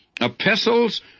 epistles